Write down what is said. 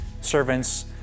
servants